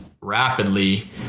rapidly